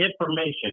information